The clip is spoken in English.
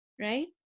Right